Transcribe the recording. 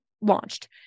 launched